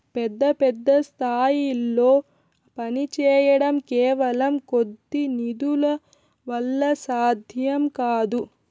పెద్ద పెద్ద స్థాయిల్లో పనిచేయడం కేవలం కొద్ది నిధుల వల్ల సాధ్యం కాదు